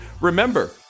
Remember